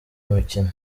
mukino